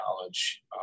knowledge